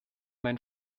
mein